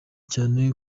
cyane